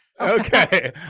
Okay